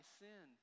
sin